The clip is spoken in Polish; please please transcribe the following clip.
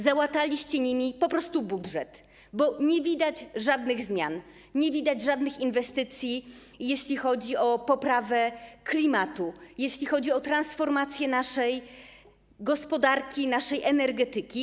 Załataliście nimi po prostu budżet, bo nie widać żadnych zmian, nie widać żadnych inwestycji, jeśli chodzi o poprawę klimatu, jeśli chodzi o transformację naszej gospodarki, naszej energetyki.